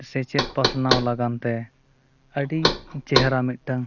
ᱥᱮᱪᱮᱫ ᱯᱟᱥᱱᱟᱣ ᱞᱟᱹᱜᱤᱫᱛᱮ ᱟᱹᱰᱤ ᱪᱮᱦᱨᱟ ᱢᱤᱫᱴᱟᱝ